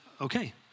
okay